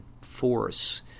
force